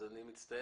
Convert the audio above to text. אז אני מצטער,